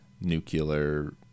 nuclear